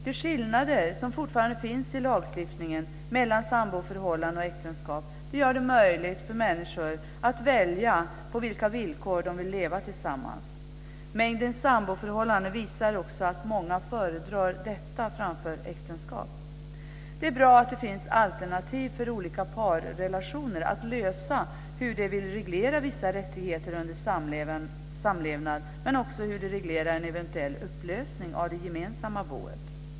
De skillnader som fortfarande finns i lagstiftningen mellan samboförhållande och äktenskap gör det möjligt för människor att välja på vilka villkor de vill leva tillsammans. Mängden samboförhållanden visar också att många föredrar ett samboförhållande framför äktenskap. Det är bra att det finns alternativ för olika parrelationer att lösa hur de vill reglera vissa rättigheter under samlevnad men också hur de reglerar en eventuell upplösning av det gemensamma boet.